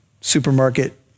supermarket